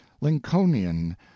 lincolnian